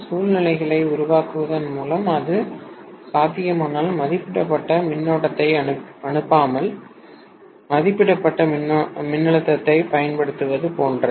சூழ்நிலைகளை உருவாக்குவதன் மூலம் அது சாத்தியமானால் மதிப்பிடப்பட்ட மின்னோட்டத்தை அனுப்பாமல் மதிப்பிடப்பட்ட மின்னழுத்தத்தைப் பயன்படுத்துவது போன்றது